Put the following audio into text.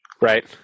right